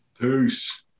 Peace